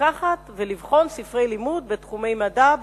לקחת ולבחון ספרי לימוד בתחומי מדע,